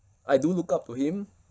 I do look up to him